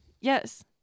Yes